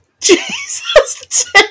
Jesus